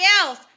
else